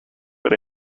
but